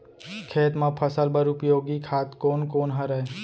खेत म फसल बर उपयोगी खाद कोन कोन हरय?